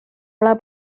ole